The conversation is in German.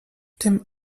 dem